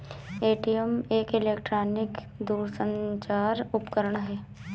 ATM एक electronic दूरसंचार उपकरण है